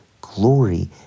glory